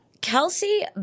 Kelsey